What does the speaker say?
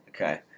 Okay